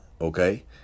Okay